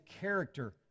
character